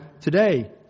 today